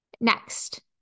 Next